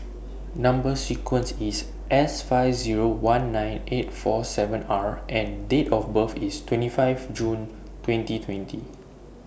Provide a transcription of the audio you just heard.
Number sequence IS S five Zero one nine eight four seven R and Date of birth IS twenty five June twenty twenty